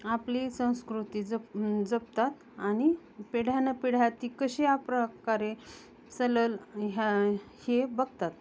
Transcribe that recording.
आपली संस्कृती जप जपतात आणि पिढ्यानपिढ्या ती कशा प्रकारे चालंल ह्या हे बघतात